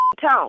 tone